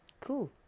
cool